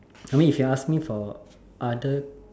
I mean if you ask me for other